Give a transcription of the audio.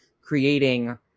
creating